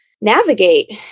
navigate